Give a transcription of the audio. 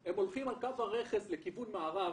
הם הולכים על קו הרכס לכיוון מערב